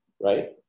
Right